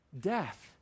death